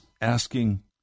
asking